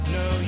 no